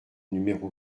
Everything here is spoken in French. numéro